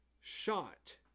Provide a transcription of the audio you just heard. shot